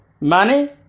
money